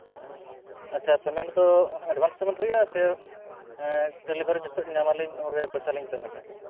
ᱚ ᱟᱪᱪᱷᱟ ᱯᱮᱢᱮᱱᱴ ᱫᱚ ᱮᱰᱵᱷᱟᱱᱥ ᱯᱮᱢᱮᱱᱴ ᱦᱩᱭᱩᱜᱼᱟ ᱥᱮ ᱰᱮᱞᱤᱵᱷᱟᱨᱤ ᱡᱚᱠᱷᱚᱱ ᱧᱟᱢ ᱟᱞᱤᱧ ᱩᱱᱨᱮ ᱯᱚᱭᱥᱟ ᱞᱤᱧ ᱯᱮᱢᱮᱱᱴᱟ